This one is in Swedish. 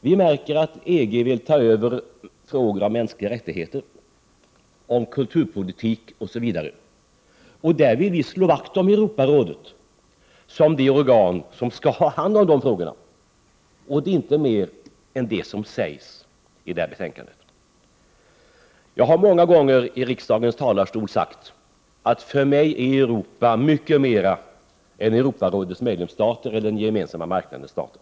Vi märker att EG vill ta över frågor om mänskliga rättigheter, kulturpolitik osv. Där vill vi slå vakt om Europarådet som det organ som skall ha hand om de frågorna. Det är inte mer än detta som sägs i det aktuella betänkandet. Jag har många gånger i riksdagens talarstol sagt att för mig är Europa mycket mer än Europarådets medlemsstater eller den gemensamma marknadens stater.